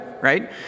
right